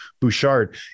Bouchard